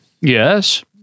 Yes